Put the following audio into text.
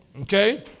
Okay